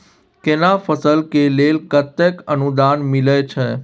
केना फसल के लेल केतेक अनुदान मिलै छै?